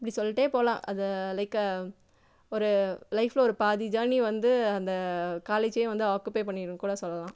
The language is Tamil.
இப்படி சொல்லிட்டே போகலாம் அதை லைக் அ ஒரு லைஃபில் ஒரு பாதி ஜார்னி வந்து அந்த காலேஜே வந்து ஆக்குப்பை பண்ணியிருக்குனு கூட சொல்லலாம்